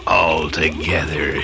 altogether